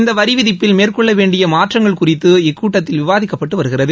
இந்த வரிவிதிப்பில் மேற்கொள்ள வேண்டிய மாற்றங்கள் குறித்து இக்கூட்டத்தில் விவாதிக்கப்பட்டு வருகிறது